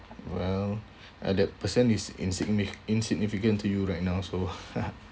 well uh that person is insigni~ insignificant to you right now so